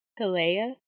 Kalea